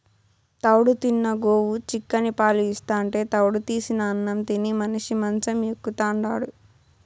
తౌడు తిన్న గోవు చిక్కని పాలు ఇస్తాంటే తౌడు తీసిన అన్నం తిని మనిషి మంచం ఎక్కుతాండాడు